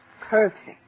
perfect